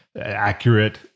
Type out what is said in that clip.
accurate